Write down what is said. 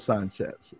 Sanchez